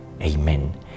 Amen